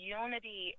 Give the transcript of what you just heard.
unity